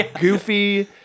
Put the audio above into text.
goofy